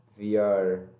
VR